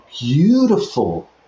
beautiful